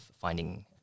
finding